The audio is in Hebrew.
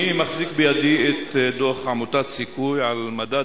אני מחזיק בידי את דוח עמותת "סיכוי" על מדד